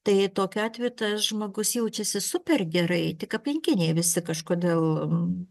tai tokiu atveju tas žmogus jaučiasi super gerai tik aplinkiniai visi kažkodėl